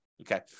Okay